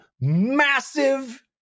massive